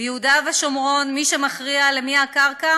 ביהודה ושומרון מי שמכריע למי הקרקע